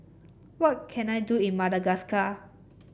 what can I do in Madagascar